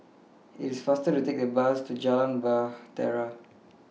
IT IS faster to Take The Bus to Jalan Bahtera